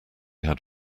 had